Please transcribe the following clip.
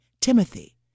Timothy